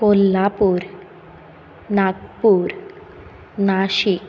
Kolhapur Nagpur Nashik